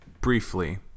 briefly